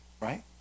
right